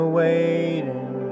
waiting